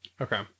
Okay